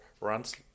runs